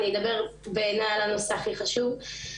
אני אדבר על הנושא הכי חשוב בעיניי,